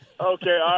Okay